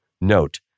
Note